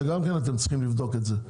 זה גם אתם צריכים לבדוק את זה,